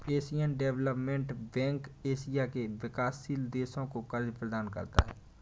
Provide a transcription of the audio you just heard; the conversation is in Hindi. एशियन डेवलपमेंट बैंक एशिया के विकासशील देशों को कर्ज प्रदान करता है